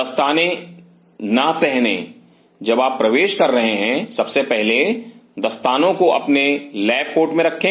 दस्ताने ना पहने जब आप प्रवेश कर रहे हैं सबसे पहले दस्तानों को अपने लैब कोट में रखें